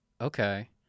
okay